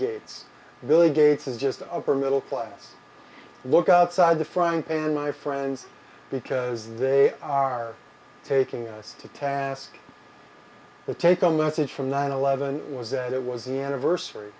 gates billy gates is just upper middle class look outside the front and my friends because they are taking us to task to take on the message from nine eleven was that it was the anniversary